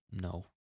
No